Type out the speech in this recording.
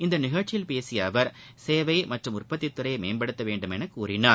இந்நிகழ்ச்சியில் பேசிய அவா் சேவை மற்றும் உற்பத்தி துறை மேம்படுத்த வேண்டுமௌ கூறினார்